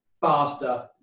faster